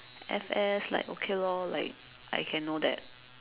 F_S like okay lor like I can know that